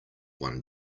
one